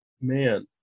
Man